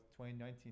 2019